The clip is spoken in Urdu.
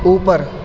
اوپر